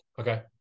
Okay